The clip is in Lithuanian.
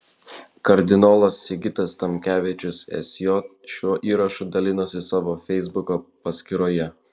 kardinolas sigitas tamkevičius sj šiuo įrašu dalinosi savo feisbuko paskyroje